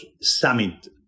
summit